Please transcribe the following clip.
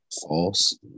False